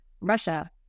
Russia